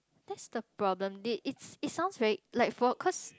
that's the problem they it's it's sounds very like for cause